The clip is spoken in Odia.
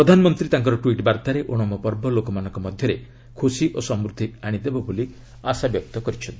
ପ୍ରଧାନମନ୍ତ୍ରୀ ତାଙ୍କର ଟ୍ୱିଟ୍ ବାର୍ତ୍ତାରେ ଓଣମ୍ ପର୍ବ ଲୋକମାନଙ୍କ ମଧ୍ୟରେ ଖୁସି ଓ ସମୃଦ୍ଧି ଆଣିଦେବ ବୋଲି ଆଶାବ୍ୟକ୍ତ କରିଚ୍ଛନ୍ତି